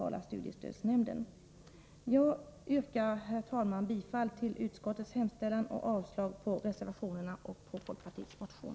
Jag yrkar, herr talman, bifall till utskottets hemställan och avslag på reservationerna och på folkpartiets motion.